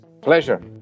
Pleasure